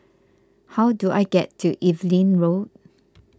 how do I get to Evelyn Road